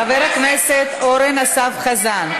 חבר הכנסת אורן אסף חזן,